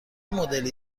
مدلی